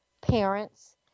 parents